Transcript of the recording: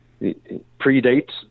predates